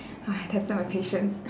ah it tested on my patience